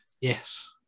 Yes